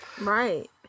Right